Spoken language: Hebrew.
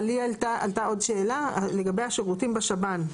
אבל לי עלתה עוד שאלה, לגבי השירותים בשב"ן,